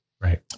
Right